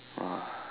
!wah!